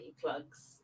plugs